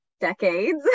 decades